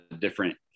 different